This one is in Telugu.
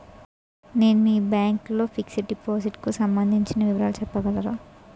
నేను మీ బ్యాంక్ లో ఫిక్సడ్ డెపోసిట్ కు సంబందించిన వివరాలు చెప్పగలరా?